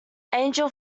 angel